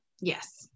Yes